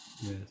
yes